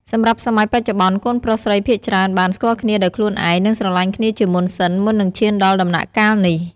សម្រាប់សម័យបច្ចុប្បន្ន កូនប្រុសស្រីភាគច្រើនបាន ស្គាល់គ្នាដោយខ្លួនឯង និងស្រឡាញ់គ្នាជាមុនសិន មុននឹងឈានដល់ដំណាក់កាលនេះ។